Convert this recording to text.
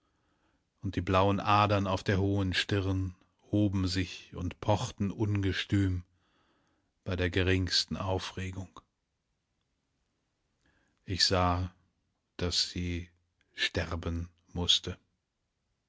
und die blauen adern auf der hohen stirn hoben sich und pochten ungestüm bei der geringsten aufregung ich sah daß sie sterben mußte